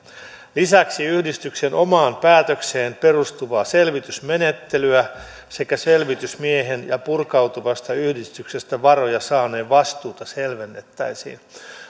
lisäksi yhdistyksen omaan päätökseen perustuvaa selvitysmenettelyä sekä selvitysmiehen ja purkautuvasta yhdistyksestä varoja saaneen vastuuta selvennettäisiin